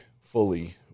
fully